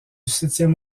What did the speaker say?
septième